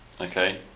Okay